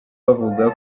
bavuga